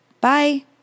Bye